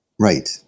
Right